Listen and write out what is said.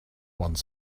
one